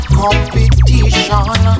competition